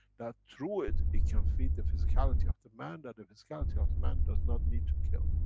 that through it it can feed the physicality of the man. that the physicality of the man does not need to kill.